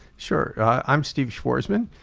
sure, i'm steve schwarzman,